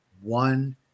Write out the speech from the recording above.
one